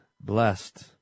Blessed